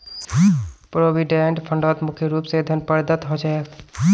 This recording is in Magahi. प्रोविडेंट फंडत मुख्य रूप स धन प्रदत्त ह छेक